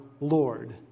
Lord